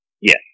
Yes